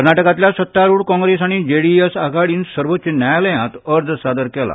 कर्नाटकांतल्या सत्तारुढ काँग्रस आनी जेडिएस आघाडीन सर्वोच्च न्यायालयांत अर्ज सादर केला